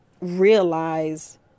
realize